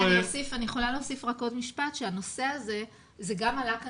הנושא הזה גם עלה כאן,